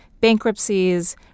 bankruptcies